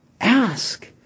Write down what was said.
Ask